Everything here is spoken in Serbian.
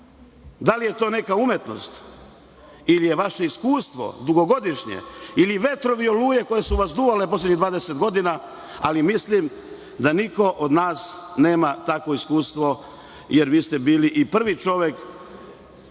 li je to neka umetnost ili je vaše dugogodišnje iskustvo ili vetrovi, oluje koji su vas duvali poslednjih 20 godina? Mislim da niko od nas nema takvo iskustvo, jer vi ste bili i prvi čovek